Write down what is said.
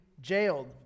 jailed